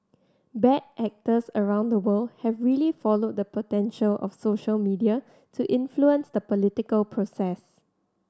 bad actors around the world have really followed the potential of social media to influence the political process